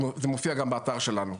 וזה מופיע גם באתר שלנו.